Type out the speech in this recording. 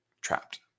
trapped